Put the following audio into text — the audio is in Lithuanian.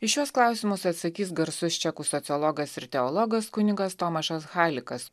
į šiuos klausimus atsakys garsus čekų sociologas ir teologas kunigas tomašas halikas